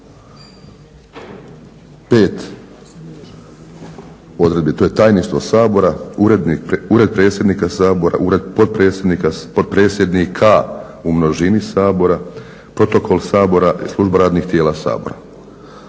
u 5 odredbi, to je Tajništvo Sabora, Ured predsjednika Sabora, Ured potpredsjednika u množini Sabora, Protokol Sabora i Služba radnih tijela Sabora.